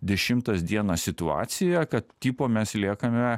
dešimtos dienos situaciją kad tipo mes liekame